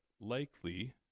likely